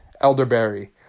elderberry